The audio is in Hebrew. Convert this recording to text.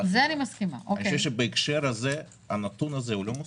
אני חושב שבהקשר הזה הנתון הזה הוא לא מוסיף.